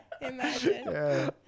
Imagine